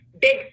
big